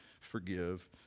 forgive